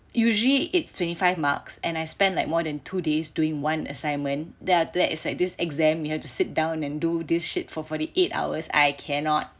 usually it's twenty five marks and I spend like more than two days doing one assignment then after that like this exam you have to sit down and do this shit for forty eight hours I cannot